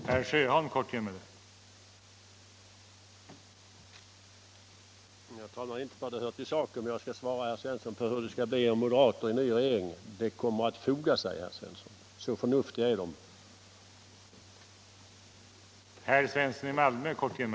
Herr talman! Inte för att det hör till saken, men jag skall svara herr Svensson i Malmö på hur det kommer att bli med moderater i en ny regering. De kommer att foga sig, herr Svensson. Så förnuftiga är de.